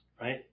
right